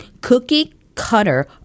cookie-cutter